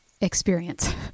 experience